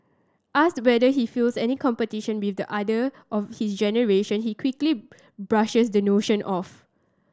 asked whether he feels any competition with the other of his generation he quickly brushes the notion off